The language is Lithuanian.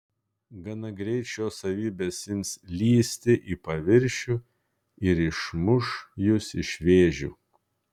gana greit šios savybės ims lįsti į paviršių ir išmuš jus iš vėžių